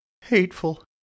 Hateful